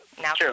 now